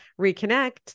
reconnect